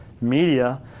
media